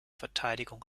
verteidigung